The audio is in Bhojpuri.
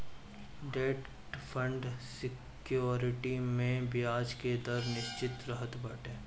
डेट फंड सेक्योरिटी में बियाज के दर निश्चित रहत बाटे